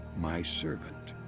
my servant.